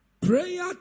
prayer